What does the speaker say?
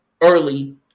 early